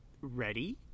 ready